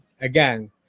again